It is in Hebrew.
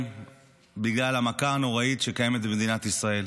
בגלל המכה הנוראית שקיימת במדינת ישראל.